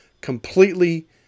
completely